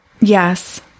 Yes